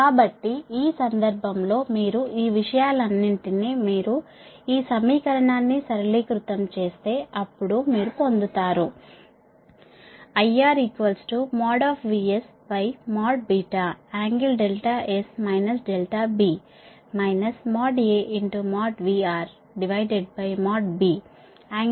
కాబట్టి ఈ సందర్భంలో మీరు ఈ విషయాలన్నింటినీ మీరు ఈ సమీకరణాన్ని సరళీకృతం చేస్తే అప్పుడు మీరు పొందుతారు IRVSBㄥ AVRBㄥ